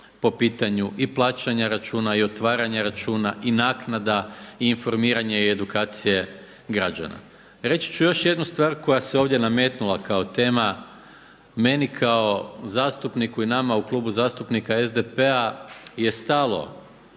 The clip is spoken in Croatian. po pitanju i plaćanja računa i otvaranja računa i naknada i informiranje i edukacije građana. Reći ću još jednu stvar koja se ovdje nametnula kao tema meni kao zastupniku i nama u Klubu zastupnika SDP-a je stalo